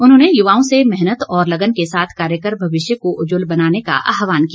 उन्होंने युवाओं से मेहनत व लगन के साथ कार्य कर भविष्य को उज्जवल बनाने का आहवान किया